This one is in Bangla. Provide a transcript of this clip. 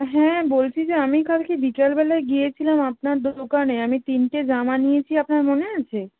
হ্যাঁ বলছি যে আমি কালকে বিকেলবেলায় গিয়েছিলাম আপনার দোকানে আমি তিনটে জামা নিয়েছি আপনার মনে আছে